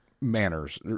manners